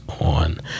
on